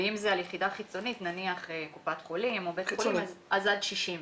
ואם זה על יחידה חיצונית נניח קופת חולים או בית חולים עד 60 ימים.